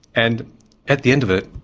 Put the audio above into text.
and at the end of it,